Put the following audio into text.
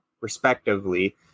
respectively